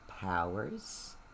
powers